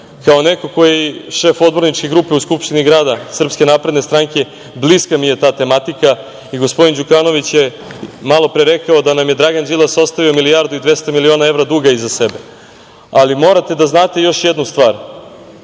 neko ko je šef odborničke grupe u Skupštini grada Srpske napredne stranke, bliska mi je ta tematika, i gospodin Đukanović je malopre rekao da nam je Dragan Đilas ostavio milijardu i 200 miliona duga iza sebe. Ali, morate da znate još jednu stvar,